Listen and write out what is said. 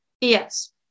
Yes